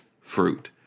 fruit